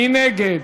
מי נגד?